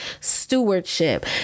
stewardship